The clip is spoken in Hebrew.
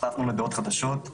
נחשפנו לדעות חדשות.